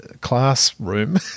classroom